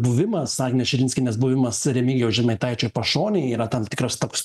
buvimas agnės širinskienės buvimas remigijaus žemaitaičio pašonėj yra tam tikras toks